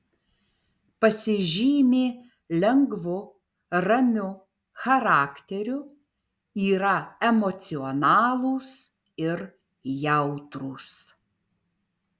pasižymi lengvu ramiu charakteriu yra emocionalūs ir jautrūs